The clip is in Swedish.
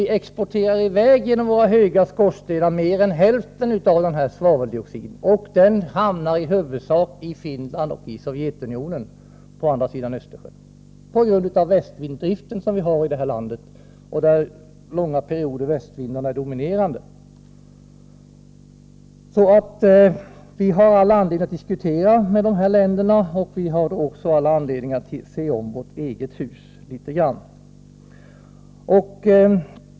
Vi exporterar alltså genom våra höga skorstenar mer än hälften av denna svaveldioxid, som då på grund av de västliga vindarna i huvudsak hamnar i Finland och Sovjetunionen på andra sidan Östersjön. Under långa perioder är nämligen västvindarna dominerande. Vi har alltså all anledning att diskutera de här frågorna med dessa länder och all anledning att se om vårt eget hus litet grand.